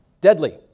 Deadly